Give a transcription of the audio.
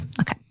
Okay